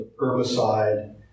herbicide